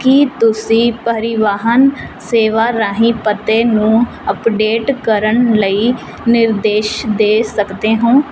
ਕੀ ਤੁਸੀਂ ਪਰਿਵਾਹਨ ਸੇਵਾ ਰਾਹੀਂ ਪਤੇ ਨੂੰ ਅਪਡੇਟ ਕਰਨ ਲਈ ਨਿਰਦੇਸ਼ ਦੇ ਸਕਦੇ ਹੋ